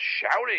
shouting